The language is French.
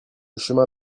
chemin